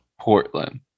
Portland